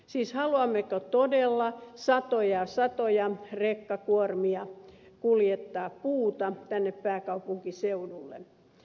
siis haluammeko todella satoja ja satoja rekkakuormia kuljettamaan puuta tänne pääkaupunkiseudulle